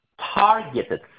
targeted